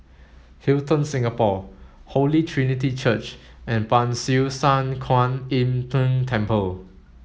Hilton Singapore Holy Trinity Church and Ban Siew San Kuan Im Tng Temple